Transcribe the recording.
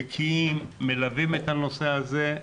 בקיאים, מלווים את הנושא הזה,